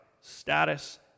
status